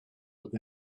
live